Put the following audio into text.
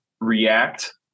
react